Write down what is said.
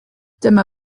dyma